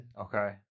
Okay